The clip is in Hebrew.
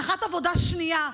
מנגד, הנחת עבודה שנייה: